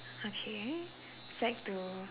okay eh sec two